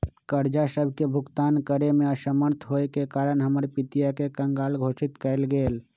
कर्जा सभके भुगतान करेमे असमर्थ होयेके कारण हमर पितिया के कँगाल घोषित कएल गेल